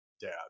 dad